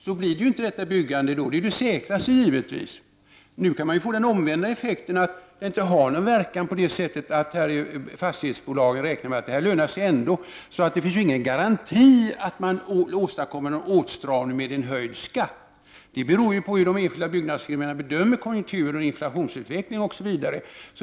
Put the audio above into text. Då får man inte detta byggande, och det är ju givetvis det säkraste. Nu kan man få en omvänd effekt, att det inte får någon verkan utan att fastighetsbolagen räknar med att det lönar sig ändå. Det finns ingen garanti för att man åstadkommer en åtstramning med en höjd skatt. Det beror ju på hur de enskilda byggnadsfirmorna bedömer konjunkturer och inflationsutveckling osv.